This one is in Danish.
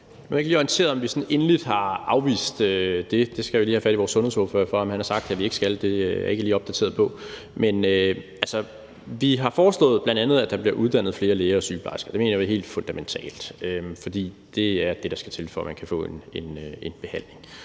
jeg ikke lige orienteret om, om vi sådan endeligt har afvist det. Det skal jeg lige have fat i vores sundhedsordfører for at høre om han har sagt at vi ikke skal. Det er jeg ikke lige opdateret på. Men vi har bl.a. foreslået, at der bliver uddannet flere læger og sygeplejersker. Det mener vi er helt fundamentalt. For det er det, der skal til, for at man kan få en behandling.